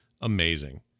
amazing